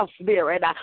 spirit